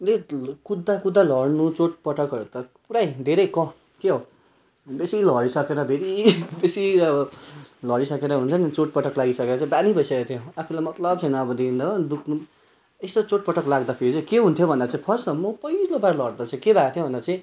अलिक कुद्दा कुद्दा लड्नु चोटपटकहरू त पुरै धेरै कम के हो बेसी लडिसकेर धेरै बेसी अब लडिसकेर हुन्छ नि चोटपटक लागिसकेर चाहिँ बानी भइसकेको थियो आफूलाई मतलब छैन अब दिन हो दुख्नु यसो चोटपटक लाग्दाखेरि चाहिँ के हुन्थ्यो भन्दा चाहिँ फर्स्टमा म पहिलो बार लड्दा चाहिँ के भएको थियो भन्दा चाहिँ